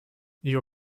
your